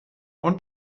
und